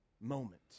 moment